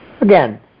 Again